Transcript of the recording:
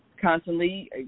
constantly